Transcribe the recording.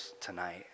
tonight